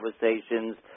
conversations